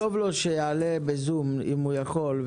תכתוב לו שיעלה בזום אם הוא יכול,